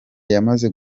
yamaze